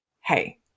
hey